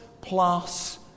plus